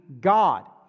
God